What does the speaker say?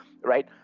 right